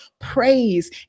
praise